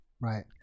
Right